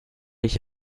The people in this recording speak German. ich